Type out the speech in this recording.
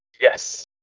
Yes